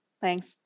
Thanks